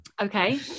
Okay